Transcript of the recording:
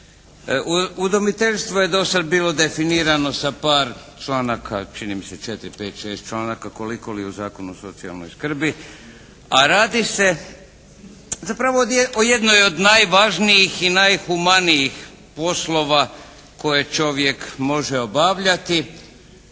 Udomiteljstvo je dosad bilo definirano sa par članaka, čini mi se 4, 5, 6 članaka, koliko li u Zakonu o socijalnoj skrbi, a radi se zapravo ovdje o jednoj od najvažnijih i najhumanijih poslova koje čovjek može obavljati.